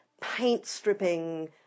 paint-stripping